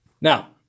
Now